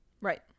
right